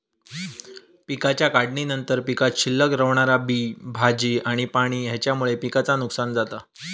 पिकाच्या काढणीनंतर पीकात शिल्लक रवणारा बी, भाजी आणि पाणी हेच्यामुळे पिकाचा नुकसान जाता